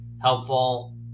helpful